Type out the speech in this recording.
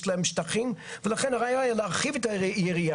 יש להן שטחים ולכן המטרה היא להרחיב את היריעה,